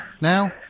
now